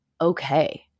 okay